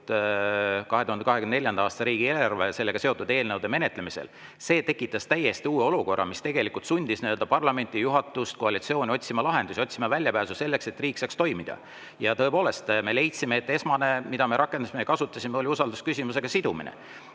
2024. aasta riigieelarve ja sellega seotud eelnõude menetlemisel, tekitas täiesti uue olukorra, mis sundis parlamendi juhatust ja koalitsiooni otsima lahendusi, otsima väljapääsu selleks, et riik saaks toimida. Tõepoolest, esmane, mida me rakendasime ja kasutasime, oli usaldusküsimusega sidumine.